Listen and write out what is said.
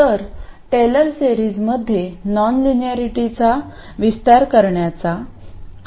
तर टेलर सेरीजमध्ये नॉनलिनिरेटीचा विस्तार करण्याचा